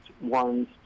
ones